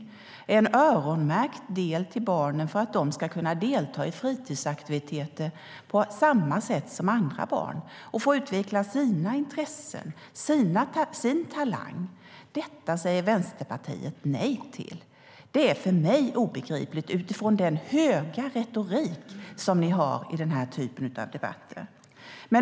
Det är en öronmärkt del till barnen för att de ska kunna delta i fritidsaktiviteter på samma sätt som andra barn och få utveckla sina intressen och sin talang. Detta säger Vänsterpartiet nej till. Det är för mig obegripligt utifrån den höga ton i retoriken som ni har i den här typen av debatter.